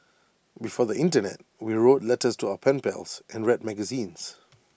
before the Internet we wrote letters to our pen pals and read magazines